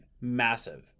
Massive